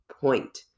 point